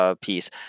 piece